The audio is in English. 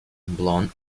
blonde